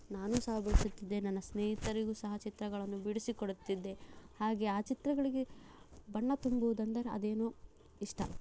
ನಾನು ಸಹ ಬಿಡಿಸುತ್ತಿದ್ದೆ ನನ್ನ ಸ್ನೇಹಿತರಿಗೂ ಸಹ ಚಿತ್ರಗಳನ್ನು ಬಿಡಿಸಿಕೊಡುತ್ತಿದ್ದೆ ಹಾಗೆ ಆ ಚಿತ್ರಗಳಿಗೆ ಬಣ್ಣ ತುಂಬುವುದೆಂದರೆ ಅದೇನೋ ಇಷ್ಟ